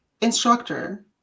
instructor